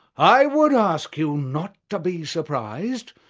i would ask you not to be surprised,